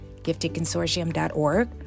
giftedconsortium.org